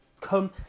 come